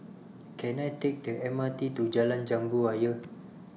Can I Take The M R T to Jalan Jambu Ayer